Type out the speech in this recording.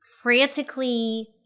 frantically